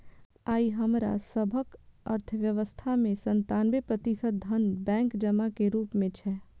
आइ हमरा सभक अर्थव्यवस्था मे सत्तानबे प्रतिशत धन बैंक जमा के रूप मे छै